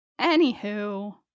anywho